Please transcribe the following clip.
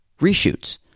reshoots